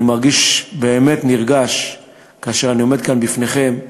אני באמת נרגש כאשר אני עומד כאן לפניכם,